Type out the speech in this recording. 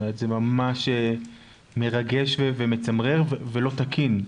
זה ממש מרגש ומצמרר ולא תקין.